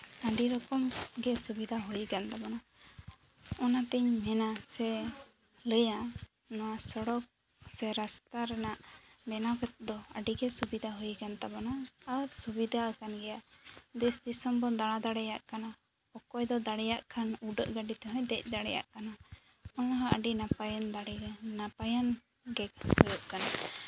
ᱟᱹᱰᱤ ᱨᱚᱠᱚᱢ ᱜᱮ ᱥᱩᱵᱤᱫᱷᱟ ᱦᱩᱭ ᱠᱟᱱ ᱛᱟᱵᱚᱱᱟ ᱚᱱᱟ ᱛᱮᱧ ᱢᱮᱱᱟ ᱥᱮ ᱞᱟᱹᱭᱟ ᱱᱚᱣᱟ ᱥᱚᱲᱚᱠ ᱥᱮ ᱨᱟᱥᱛᱟ ᱨᱮᱱᱟᱜ ᱵᱮᱱᱟᱣ ᱠᱟᱛᱮ ᱫᱚ ᱟᱹᱰᱤ ᱜᱮ ᱥᱩᱵᱤᱫᱟ ᱦᱩᱭ ᱠᱟᱱ ᱛᱟᱵᱳᱱᱟ ᱟᱨ ᱥᱩᱵᱤᱫᱷᱟ ᱠᱟᱱ ᱜᱮᱭᱟ ᱫᱮᱥ ᱫᱤᱥᱚᱢ ᱵᱚᱱ ᱫᱟᱬᱟ ᱫᱟᱲᱮᱭᱟᱜ ᱠᱟᱱᱟ ᱚᱠᱚᱭ ᱫᱚᱭ ᱫᱟᱲᱮᱭᱟᱜ ᱠᱷᱟᱱ ᱩᱰᱟᱹᱜ ᱜᱟᱹᱰᱤ ᱛᱮᱦᱚᱸᱭ ᱫᱮᱡ ᱫᱟᱲᱮᱭᱟᱜ ᱠᱟᱱᱟ ᱚᱱᱟᱦᱚᱸ ᱟᱹᱰᱤ ᱱᱟᱯᱟᱭᱮᱢ ᱫᱟᱲᱮᱼᱟ ᱱᱟᱯᱟᱭᱟᱢ ᱜᱮ ᱦᱩᱭᱩᱜ ᱠᱟᱱᱟ